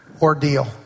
ordeal